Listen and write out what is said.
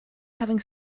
having